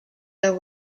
are